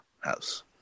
house